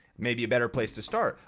maybe a better place to start.